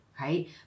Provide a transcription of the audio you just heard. right